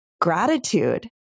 gratitude